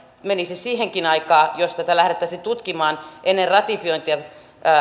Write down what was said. menisi siihenkin aikaa jos tätä lähdettäisiin tutkimaan ennen ratifiointia